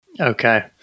Okay